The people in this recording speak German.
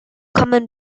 kommen